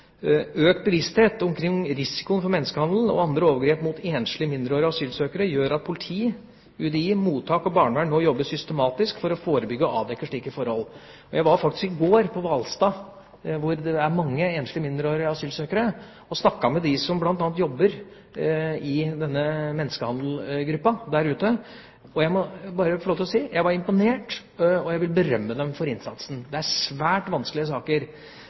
Økt bevissthet omkring risikoen for menneskehandel og andre overgrep mot enslige mindreårige asylsøkere gjør at politi, UDI, mottak og barnevern nå jobber systematisk for å forebygge og avdekke slike forhold. Jeg var i går på Hvalstad mottak, hvor det er mange enslige mindreårige asylsøkere, og snakket med dem som bl.a. jobber i menneskehandelgruppen der ute, og jeg må bare få lov til å si at jeg er imponert og vil berømme dem for innsatsen. Det er svært vanskelige saker.